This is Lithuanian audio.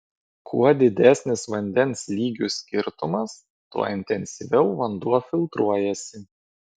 kuo didesnis vandens lygių skirtumas tuo intensyviau vanduo filtruojasi